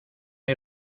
hay